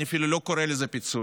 אני אפילו לא קורא לזה "פיצוי".